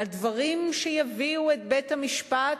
על דברים שיביאו את בית-המשפט,